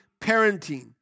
parenting